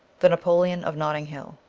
the napoleon of notting hill